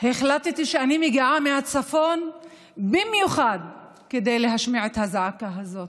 החלטתי שאני מגיעה מהצפון במיוחד כדי להשמיע את הזעקה הזאת.